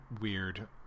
weird